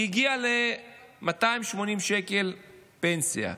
היא הגיעה ל-280 שקל פנסיה,